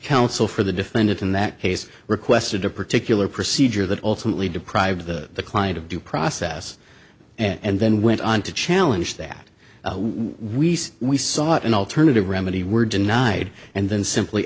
counsel for the defendant in that case requested a particular procedure that ultimately deprived the client of due process and then went on to challenge that we said we sought an alternative remedy were denied and then simply